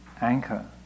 anchor